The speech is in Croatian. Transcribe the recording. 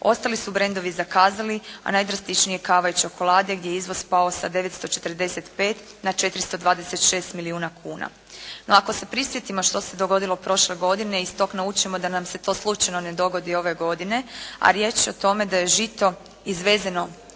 ostali su brendovi zakazali, a najdrastičnije kava i čokolade gdje je izvoz pao sa 945 na 426 milijuna kuna. No ako se prisjetimo što se dogodilo prošle godine iz tog naučimo da nam se to slučajno ne dogodi ove godine, a riječ je o tome da žito izvezeno